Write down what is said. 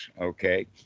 Okay